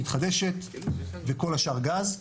מתחדשת וכל השאר גז,